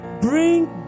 bring